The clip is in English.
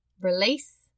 release